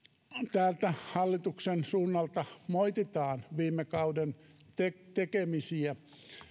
hallituksen suunnalta moititaan viime kauden tekemisiä